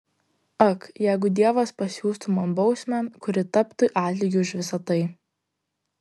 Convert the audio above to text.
ak jeigu dievas pasiųstų man bausmę kuri taptų atlygiu už visa tai